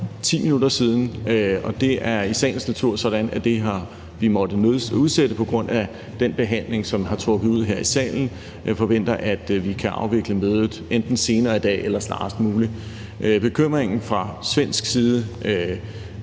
10 minutter siden, og det er i sagens natur sådan, at vi har været nødsaget til at udsætte det på grund af behandlingen, som har trukket ud her i salen. Jeg forventer, at vi kan afvikle mødet enten senere i dag eller snarest muligt. Bekymringen fra svensk side